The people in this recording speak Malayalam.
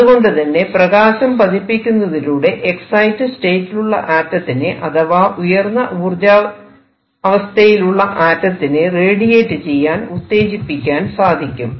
അതുകൊണ്ടുതന്നെ പ്രകാശം പതിപ്പിക്കുന്നതിലൂടെ എക്സൈറ്റഡ് സ്റ്റേറ്റിലുള്ള ആറ്റത്തിനെ അഥവാ ഉയർന്ന ഊർജ അവസ്ഥയിലുള്ള ആറ്റത്തിനെ റേഡിയേറ്റ് ചെയ്യാൻ ഉത്തേജിപ്പിക്കാൻ സാധിക്കും